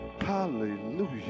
Hallelujah